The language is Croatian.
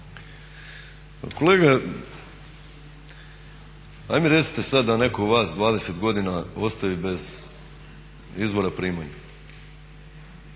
kolega daj mi recite sad da netko vas 20 godina ostavi bez izvora primanja